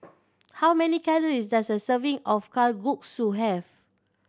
how many calories does a serving of Kalguksu have